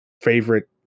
favorite